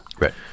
right